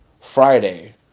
Friday